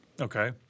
Okay